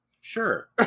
sure